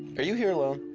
are you here alone? ah,